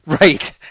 Right